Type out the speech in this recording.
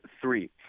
three